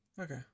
Okay